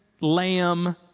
lamb